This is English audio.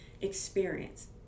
experience